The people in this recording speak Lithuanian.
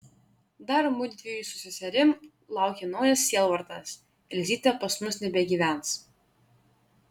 dar mudviejų su seserim laukia naujas sielvartas elzytė pas mus nebegyvens